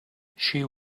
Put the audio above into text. she